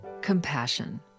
compassion